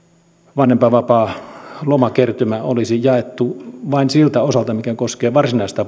vanhempainvapaan lomakertymä olisi jaettu vain siltä osalta mikä koskee varsinaista